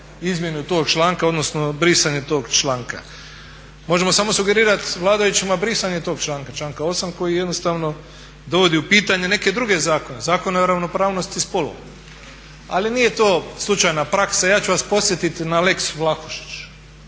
izmjenu tog članka odnosno brisanje tog članka. Možemo samo sugerirati vladajućima brisanje tog članka, članka 8. koji jednostavno dovodi u pitanje neke druge zakone. Zakone o ravnopravnosti spolova. Ali nije to slučajna praksa, ja ću vas podsjetiti na lex Vlahušić.